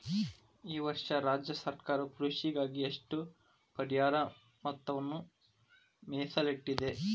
ಈ ವರ್ಷ ರಾಜ್ಯ ಸರ್ಕಾರವು ಕೃಷಿಗಾಗಿ ಎಷ್ಟು ಪರಿಹಾರ ಮೊತ್ತವನ್ನು ಮೇಸಲಿಟ್ಟಿದೆ?